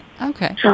Okay